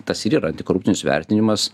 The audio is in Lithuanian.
tas ir yra antikorupcinis vertinimas